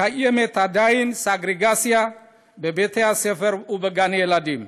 קיימת סגרגציה בבתי-הספר ובגני הילדים,